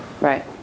Right